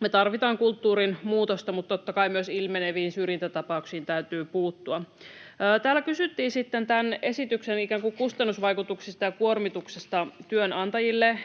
Me tarvitaan kulttuurin muutosta, mutta totta kai myös ilmeneviin syrjintätapauksiin täytyy puuttua. Täällä kysyttiin sitten esityksen ikään kuin kustannusvaikutuksista ja kuormituksesta työnantajille.